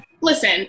listen